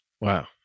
Wow